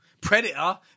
Predator